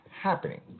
happening